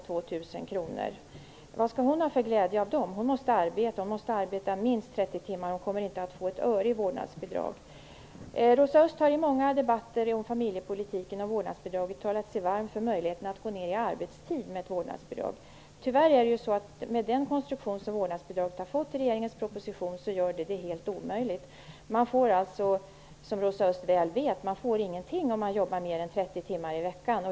2 000 kr? Vad skall hon ha för glädje av dem? Hon måste arbeta minst 30 timmar och kommer inte att få ett öre i vårdnadsbidrag. Rosa Östh har i många debatter om familjepolitiken och vårdnadsbidraget talat sig varm för möjligheten att gå ned i arbetstid med hjälp av ett vårdnadsbidrag. Tyvärr gör den konstruktion som vårdnadsbidraget har fått i regeringens proposition det helt omöjligt. Man får alltså, som Rosa Östh väl vet, ingenting om man jobbar mer än 30 timmar i veckan.